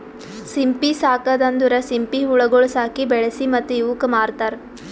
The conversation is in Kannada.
ಸಿಂಪಿ ಸಾಕದ್ ಅಂದುರ್ ಸಿಂಪಿ ಹುಳಗೊಳ್ ಸಾಕಿ, ಬೆಳಿಸಿ ಮತ್ತ ಇವುಕ್ ಮಾರ್ತಾರ್